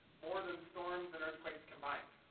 more than storms and earthquakes combined.